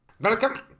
Welcome